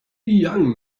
young